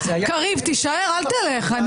קריב, אל תלך, תישאר.